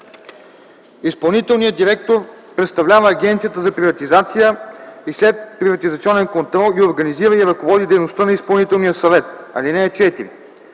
Изпълнителният директор представлява Агенцията за приватизация и следприватизационен контрол и организира и ръководи дейността на изпълнителния съвет. (4)